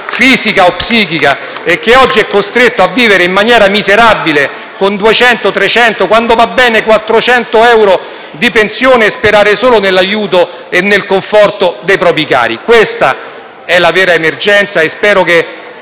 fisica o psichica e che oggi è costretto a vivere in maniera miserabile con 200, 300, quando va bene 400 euro di pensione e sperare solo nell'aiuto e nel conforto dei propri cari. Questa è la vera emergenza e spero che